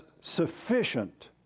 sufficient